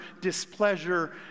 displeasure